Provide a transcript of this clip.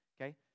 okay